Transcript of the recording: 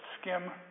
skim